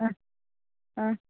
ಹಾಂ ಹಾಂ